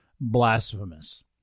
blasphemous